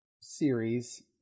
series